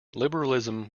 liberalism